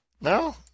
No